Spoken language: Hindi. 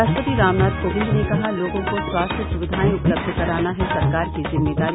राष्ट्रपति रामनाथ कोविंद ने कहा लोगों को स्वास्थ्य सुविधाएं उपलब्ध कराना है सरकार की ज़िम्मेदारी